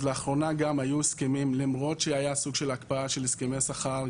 אז לאחרונה גם היו הסכמים למרות שהיה סוג של הקפאה של הסכמי שכר,